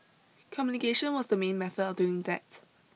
communication was the main method of doing that